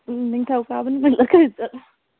ꯎꯝ ꯅꯤꯡꯊꯧꯀꯥꯕ ꯅꯨꯃꯤꯠꯂ ꯀꯩꯅꯣ ꯆꯠꯂꯁꯤ